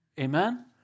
Amen